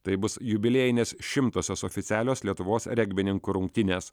tai bus jubiliejinės šimtosios oficialios lietuvos regbininkų rungtynės